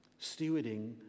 Stewarding